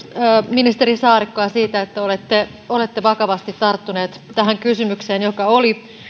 ministeri saarikkoa siitä että olette olette vakavasti tarttunut tähän kysymykseen joka oli